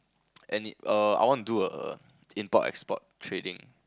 any err I want to do err import export trading